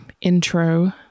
intro